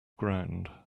ground